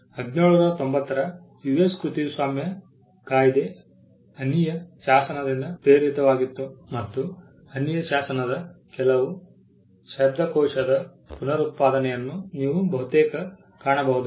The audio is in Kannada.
1790 ರ US ಕೃತಿಸ್ವಾಮ್ಯ ಕಾಯಿದೆ ಅನ್ನಿಯ ಶಾಸನದಿಂದ ಪ್ರೇರಿತವಾಗಿತ್ತು ಮತ್ತು ಅನ್ನಿಯ ಶಾಸನದ ಕೆಲವು ಶಬ್ದಕೋಶದ ಪುನರುತ್ಪಾದನೆಯನ್ನು ನೀವು ಬಹುತೇಕ ಕಾಣಬಹುದು